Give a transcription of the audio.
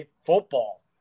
football